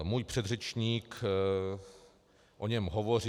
Můj předřečník o něm hovořil.